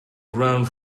ground